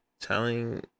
telling